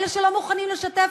אלה שלא מוכנים לשתף